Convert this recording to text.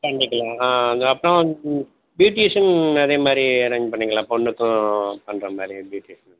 பண்ணிக்கலாம் அப்புறம் வந்து ப்யூட்டீஷன் அதே மாதிரி அரேஞ்ச் பண்ணுவீங்களா பொண்ணுக்கும் பண்ணுற மாதிரி ப்யூட்டீஷன்